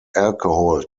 alcohol